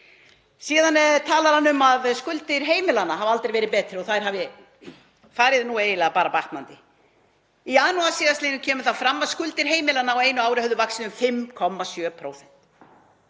Síðan talar hann um að skuldir heimilanna hafi aldrei verið betri og þær hafi nú eiginlega farið batnandi. Í janúar síðastliðnum kom fram að skuldir heimilanna á einu ári hefðu vaxið um 5,7%